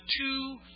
two